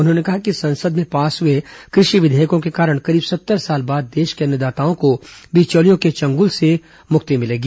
उन्होंने कहा कि संसद में पास हुए कु षि विधेयकों के कारण करीब सत्तर साल बाद देश के अन्नदाताओं को बिचौलियों के चुंगल से मुक्ति मिलेगी